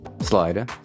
slider